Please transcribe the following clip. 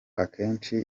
akenshi